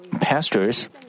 pastors